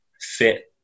Fit